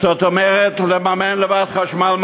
זאת אומרת שצריך לממן לבד חשמל,